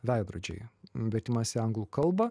veidrodžiai vertimas į anglų kalbą